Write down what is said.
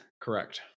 Correct